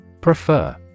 Prefer